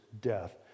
death